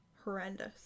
horrendous